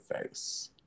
face